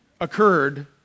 occurred